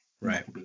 Right